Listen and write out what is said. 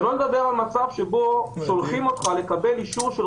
שלא לדבר על מצב שבו שולחים אותך לקבל אישור של